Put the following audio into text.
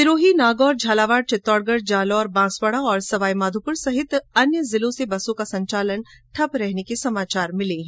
सिरोही नागौर झालावाड चित्तौड़गढ जालौर बांसवाड़ा तथा सवाईमाधोपुर सहित अन्य जिलों से बसों का संचालन ठप्प रहने के समाचार मिले हैं